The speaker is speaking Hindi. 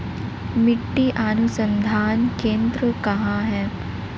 मिट्टी अनुसंधान केंद्र कहाँ है?